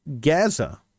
Gaza